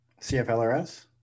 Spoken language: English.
cflrs